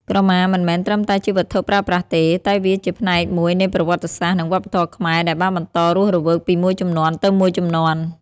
ក្រមាមិនមែនត្រឹមតែជាវត្ថុប្រើប្រាស់ទេ តែវាជាផ្នែកមួយនៃប្រវត្តិសាស្ត្រ និងវប្បធម៌ខ្មែរដែលបានបន្តរស់រវើកពីមួយជំនាន់ទៅមួយជំនាន់។